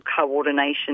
coordination